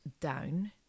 down